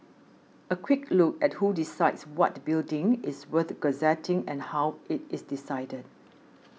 a quick look at who decides what building is worth gazetting and how it is decided